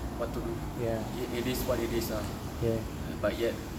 what to do it is what it is ah but yet